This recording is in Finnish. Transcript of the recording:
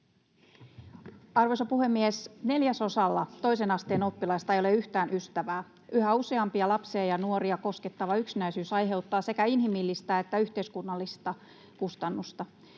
Arvoisa puhemies! Neljäsosalla toisen asteen oppilaista ei ole yhtään ystävää. Yhä useampia lapsia ja nuoria koskettava yksinäisyys aiheuttaa sekä inhimillistä että yhteiskunnallista kustannusta.